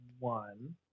one